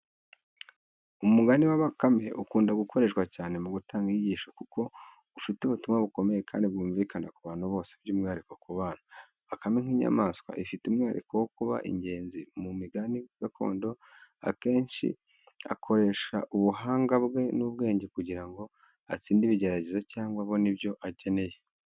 Umugani wa Bakame ukunda gukoreshwa cyane mu gutanga inyigisho kuko ufite ubutumwa bukomeye kandi bwumvikana ku bantu bose, by’umwihariko ku bana. Bakame, nk’inyamaswa ifite umwihariko wo kuba ingenzi mu migani gakondo, akenshi akoresha ubuhanga bwe n’ubwenge kugira ngo atsinde ibigeragezo cyangwa abone ibyo akeneye.